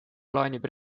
plaanib